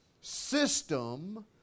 system